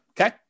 okay